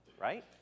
right